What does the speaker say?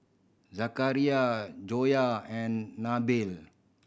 Zakaria Joyah and Nabil